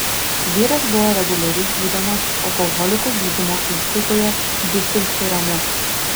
vyras buvo reguliariai gydomas alkoholikų gydymo įstaigoje disulfiramu